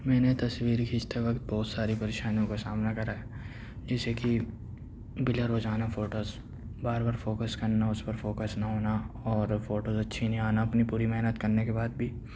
میں نے تصویر کھینچتے ہوئے بہت ساری پریشانیوں کا سامنا کرا ہے جیسے کی بلا روزانہ فوٹوز بار بار فوکس کرنا اُس پر فوکس نہ ہونا اور فوٹوز اچھی نہیں آنا اپنی پوری محنت کرنے کے بعد بھی